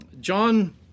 John